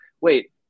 wait